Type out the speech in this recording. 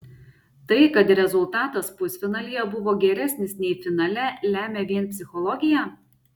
tai kad rezultatas pusfinalyje buvo geresnis nei finale lemia vien psichologija